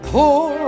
Poor